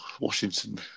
Washington